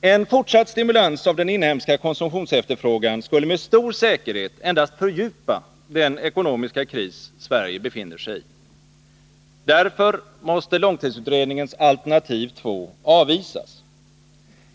En fortsatt stimulans av den inhemska konsumtionsefterfrågan skulle med stor säkerhet endast fördjupa den ekonomiska kris Sverige befinner sig i. Därför måste långtidsutredningens alternativ 2 avvisas.